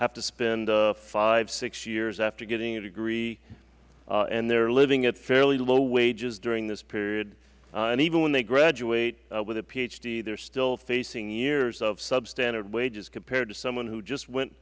have to spend five six years after getting a degree and they are living at fairly low wages during this period and even when they graduate with a ph d they are still facing years of substandard wages compared to someone who just went